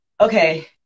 okay